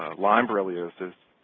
lyme borreliosis,